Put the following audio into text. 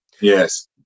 Yes